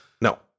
No